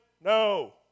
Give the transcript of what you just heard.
No